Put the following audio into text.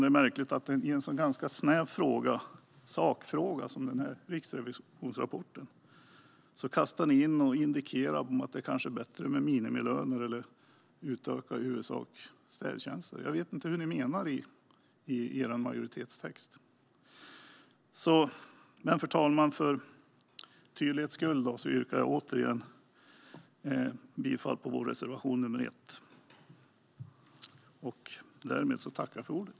Det är märkligt att ni i en så ganska snäv sakfråga som denna riksrevisionsrapport indikerar att det kanske är bättre med minimilöner eller utökade i huvudsak städtjänster. Jag vet inte hur ni menar i er majoritetstext. Herr talman! För tydlighets skull yrkar jag återigen bifall till vår reservation nr 1.